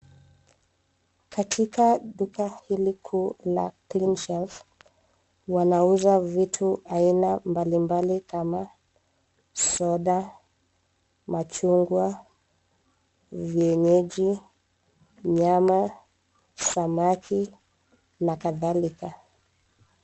Katika duka hili kuu la CleanShelf wanauza vitu aina mbalimbali kama soda, machungwa, vienyeji, nyama, samaki na kadhalika.